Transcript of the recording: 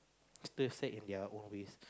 still set in their own ways